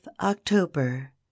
October